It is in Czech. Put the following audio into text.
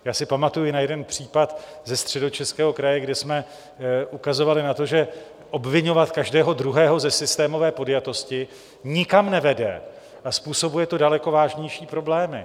Já si pamatuji na jeden případ ze Středočeského kraje, kde jsme ukazovali na to, že obviňovat každého druhého ze systémové podjatosti nikam nevede a způsobuje to daleko vážnější problémy.